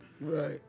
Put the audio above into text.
Right